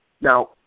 Now